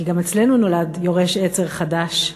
כי גם אצלנו נולד יורש עצר חדש,